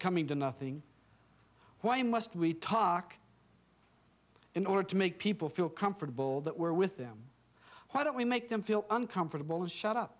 coming to nothing why must we talk in order to make people feel comfortable that we're with them why don't we make them feel uncomfortable shut up